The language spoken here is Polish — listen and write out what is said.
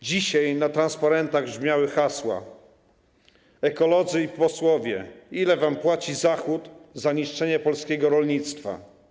Dzisiaj na transparentach były hasła: Ekolodzy i posłowie, ile wam płaci Zachód za niszczenie polskiego rolnictwa?